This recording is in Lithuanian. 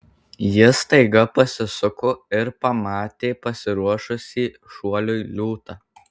jis staiga pasisuko ir pamatė pasiruošusį šuoliui liūtą